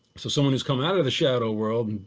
so someone who's come out of the shadow world,